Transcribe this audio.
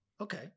Okay